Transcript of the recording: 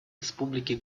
республики